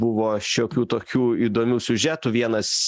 buvo šiokių tokių įdomių siužetų vienas